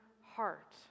heart